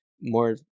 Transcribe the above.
more